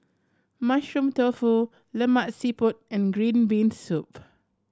Mushroom Tofu Lemak Siput and green bean soup